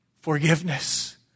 Forgiveness